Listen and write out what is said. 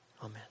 Amen